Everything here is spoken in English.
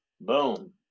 Boom